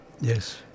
Yes